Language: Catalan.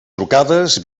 trucades